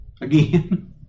Again